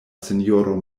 sinjoro